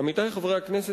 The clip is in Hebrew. עמיתי חברי הכנסת,